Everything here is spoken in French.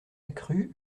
accrus